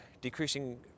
decreasing